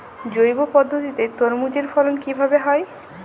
জৈব পদ্ধতিতে তরমুজের ফলন কিভাবে হয়?